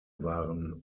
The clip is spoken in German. waren